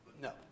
No